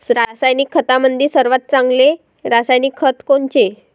रासायनिक खतामंदी सर्वात चांगले रासायनिक खत कोनचे?